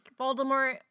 Voldemort